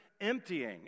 emptying